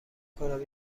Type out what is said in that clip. کنم